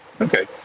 Okay